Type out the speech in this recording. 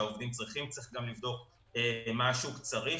צריכים, צריך גם לבדוק מה השוק צריך.